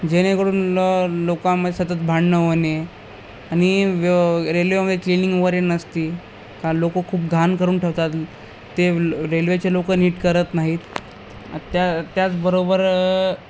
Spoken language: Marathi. जेणेकरून ल लोकांमध्ये सतत भांडण होणे आणि व्य रेल्वेमध्ये क्लेनिंग वगैरे नसती का लोकं खूप घाण करून ठेवतात ते रेल्वेचे लोकं नीट करत नाहीत त्या त्याचबरोबर